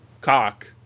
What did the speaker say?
cock